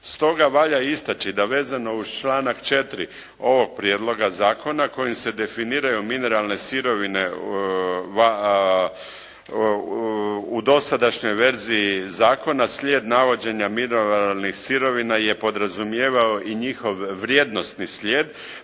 Stoga valja istaći da vezano uz članak ovog prijedloga zakona kojim se definiraju mineralne sirovine u dosadašnjoj verziji slijed navođenja mineralnih sirovina je podrazumijevao i njihov vrijednosni slijed